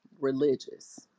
religious